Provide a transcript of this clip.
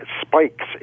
spikes